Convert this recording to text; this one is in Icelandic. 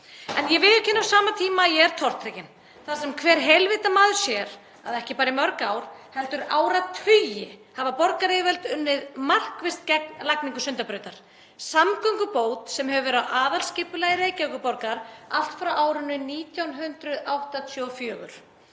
En ég viðurkenni á sama tíma að ég er tortryggin þar sem hver heilvita maður sér að ekki bara í mörg ár heldur áratugi hafa borgaryfirvöld unnið markvisst gegn lagningu Sundabrautar, samgöngubót sem hefur verið á aðalskipulagi Reykjavíkurborgar allt frá árinu 1984.